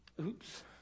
Oops